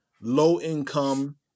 low-income